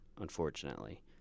unfortunately